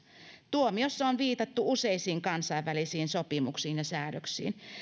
tuomiossa on viitattu useisiin kansainvälisiin sopimuksiin ja säädöksiin